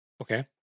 Okay